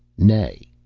nay,